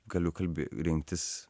galiu kalbė rinktis